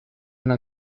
una